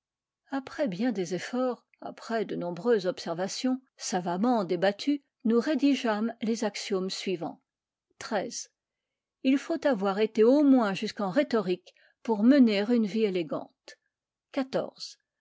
après bien des efforts après de nombreuses observations savamment débattues nous rédigeâmes les axiomes suivants xiii il faut avoir été au moins jusqu'en rhétorique pour mener une vie élégante